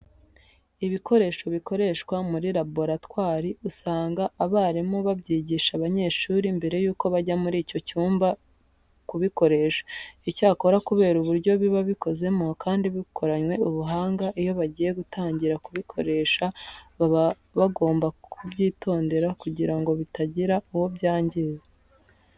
Ibikoresho bikoreshwa muri laboratwari usanga abarimu babyigisha abanyeshuri mbere yuko bajya muri icyo cyumba kubikoresha. Icyakora kubera uburyo biba bikozemo kandi bikoranwe ubuhanga, iyo bagiye gutangira kubikoresha baba bagomba kubyitondera kugira ngo bitagira uwo byangiza.